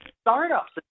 startups